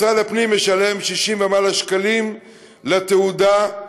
משרד הפנים משלם 60 שקלים ומעלה לתעודה,